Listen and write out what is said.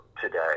today